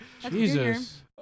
Jesus